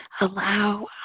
allow